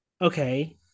okay